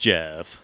Jeff